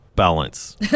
balance